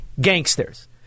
gangsters